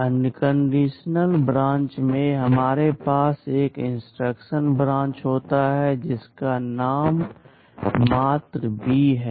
unconditional branch में हमारे पास एक इंस्ट्रक्शन ब्रांच होती है जिसका नाम मात्र B है